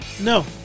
No